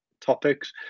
Topics